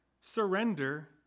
Surrender